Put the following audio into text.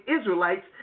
Israelites